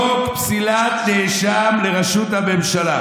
חוק פסילת נאשם לראשות הממשלה,